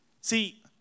See